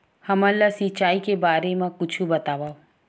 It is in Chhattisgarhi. हमन ला सिंचाई के बारे मा कुछु बतावव?